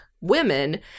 women